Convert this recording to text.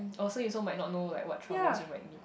oh so you also might not know like what troubles you might meet